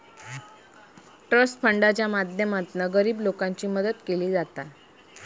trust फंडाच्या माध्यमातना गरीब लोकांची मदत केली जाता